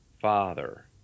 Father